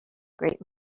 great